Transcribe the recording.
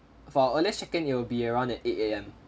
for our earliest check in it'll be around at eight A_M